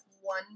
one